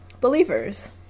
believers